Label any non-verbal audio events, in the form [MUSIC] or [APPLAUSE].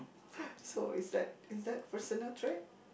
[BREATH] so is that is that personal trait